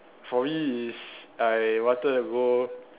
for me is I wanted to go